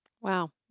Wow